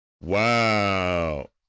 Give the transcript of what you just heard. Wow